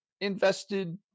invested